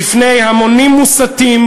בפני המונים מוסתים,